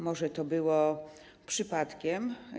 Może to było przypadkiem.